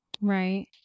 Right